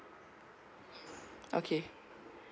okay